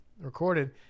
recorded